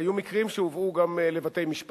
היו מקרים שהובאו גם לבתי-משפט,